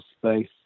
space